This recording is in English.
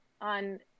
on